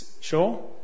sure